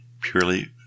purely